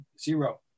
Zero